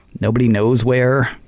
nobody-knows-where